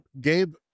Gabe